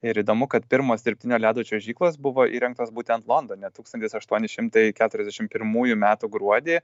ir įdomu kad pirmos dirbtinio ledo čiuožyklos buvo įrengtos būtent londone tūkstantis aštuoni šimtai keturiasdešim pirmųjų metų gruodį